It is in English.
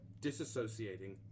disassociating